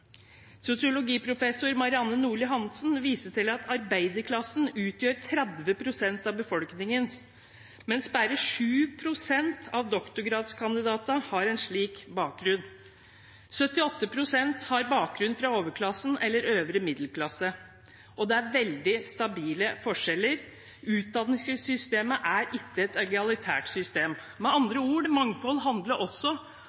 Sosiologiprofessor Marianne Nordli Hansen viste til at arbeiderklassen utgjør 30 pst. av befolkningen, mens bare 7 pst. av doktorgradskandidatene har en slik bakgrunn. 78 pst. har bakgrunn fra overklassen eller øvre middelklasse, og det er veldig stabile forskjeller. Utdanningssystemet er ikke et egalitært system. Med andre ord: Mangfold handlet også